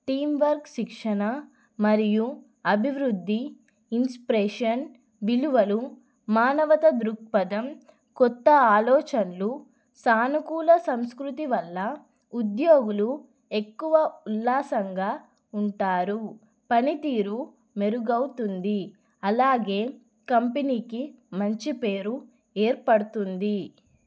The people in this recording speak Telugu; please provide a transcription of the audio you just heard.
టీం వర్క్ శిక్షణ మరియు అభివృద్ధి ఇన్స్ప్రెషన్ విలువలు మానవతా దృక్పథం కొత్త ఆలోచనలు సానుకూల సంస్కృతి వల్ల ఉద్యోగులు ఎక్కువ ఉల్లాసంగా ఉంటారు పనితీరు మెరుగవుతుంది అలాగే కంపెనీకి మంచి పేరు ఏర్పడుతుంది